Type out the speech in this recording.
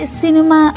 cinema